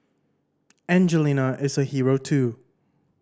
Angelina is a hero too